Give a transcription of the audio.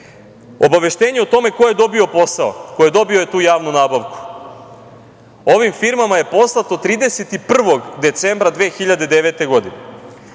obaveštenje o tome ko je dobio posao, ko je dobio tu javnu nabavku, ovim firmama je poslato 31. decembra 2009.